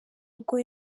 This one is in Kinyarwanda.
ubwo